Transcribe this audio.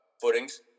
footings